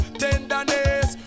tenderness